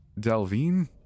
Delvine